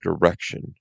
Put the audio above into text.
direction